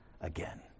again